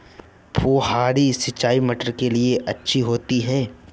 फुहारी सिंचाई मटर के लिए अच्छी होती है?